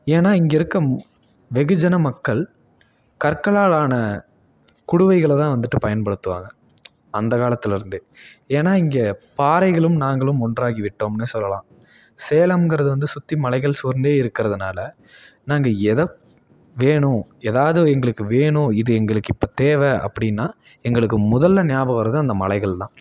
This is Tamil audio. ஏன்னா இங்கே இருக்கற வெகுஜன மக்கள் கற்களால் ஆன குடுவைகள தான் வந்துட்டு பயன்படுத்துவாங்க அந்த காலத்துலேயிருந்தே ஏன்னா இங்கே பாறைகளும் நாங்களும் ஒன்றாகி விட்டோம்ன்னு சொல்லலாம் சேலமுங்கறது வந்து சுற்றி மலைகள் சூழ்ந்து இருக்கிறதுனால நாங்கள் எதை வேணும் எதாவது எங்களுக்கு வேணும் இது எங்களுக்கு இப்போ தேவை அப்படின்னா எங்களுக்கு முதல்ல நியாபகம் வர்றது அந்த மலைகள் தான்